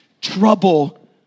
trouble